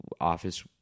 office